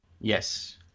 Yes